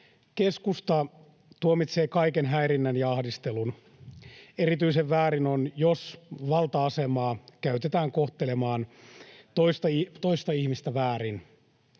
Keskusta tuomitsee kaiken häirinnän ja ahdistelun. Erityisen väärin on, jos valta-asemaa käytetään kohtelemaan toista ihmistä väärin.